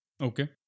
Okay